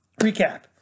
recap